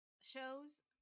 shows